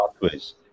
pathways